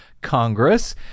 Congress